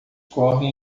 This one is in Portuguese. correm